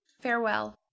Farewell